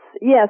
yes